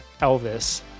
Elvis